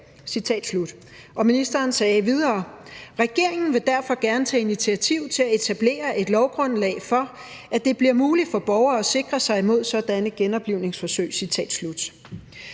Ministeren sagde videre: »Regeringen vil derfor gerne tage initiativ til at etablere et lovgrundlag for, at det bliver muligt for borgere at sikre sig imod sådanne genoplivningsforsøg.«